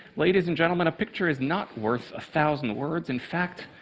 ladies and gentlemen, a picture is not worth a thousand words. in fact,